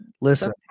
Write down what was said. Listen